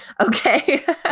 okay